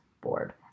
board